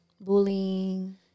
bullying